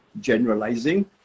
generalizing